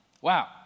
Wow